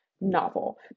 novel